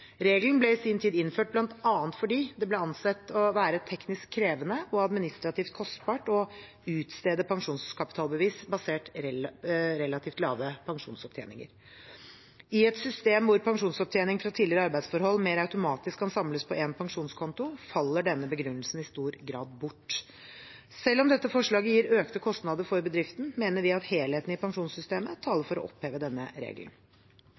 Regelen ble i sin tid innført bl.a. fordi det ble ansett å være teknisk krevende og administrativt kostbart å utstede pensjonskapitalbevis basert på relativt lave pensjonsopptjeninger. I et system hvor pensjonsopptjening fra tidligere arbeidsforhold mer automatisk kan samles på én pensjonskonto, faller denne begrunnelsen i stor grad bort. Selv om dette forslaget gir økte kostnader for bedriften, mener vi at helheten i pensjonssystemet taler for å oppheve denne regelen.